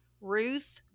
Ruth